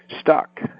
stuck